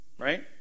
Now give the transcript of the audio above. Right